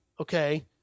okay